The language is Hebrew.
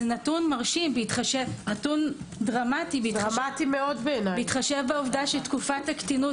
זה נתון דרמטי בהתחשב בעובדה שתקופת הקטינות